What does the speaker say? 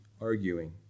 arguing